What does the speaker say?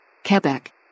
Quebec